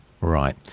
right